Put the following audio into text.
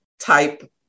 type